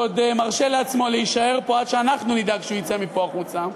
שעוד מרשה לעצמו להישאר פה עד שאנחנו נדאג שהוא יצא מפה החוצה,